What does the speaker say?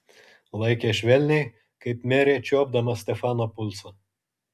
laikė švelniai kaip merė čiuopdama stefano pulsą